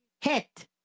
hit